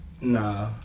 Nah